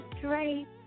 great